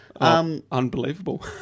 Unbelievable